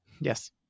Yes